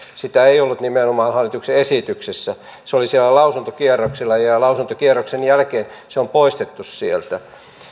sitä ei ollut nimenomaan hallituksen esityksessä se oli siellä lausuntokierroksella ja lausuntokierroksen jälkeen se on poistettu sieltä